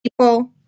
people